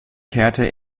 kehrte